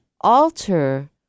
alter